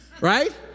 right